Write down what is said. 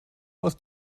aus